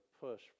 push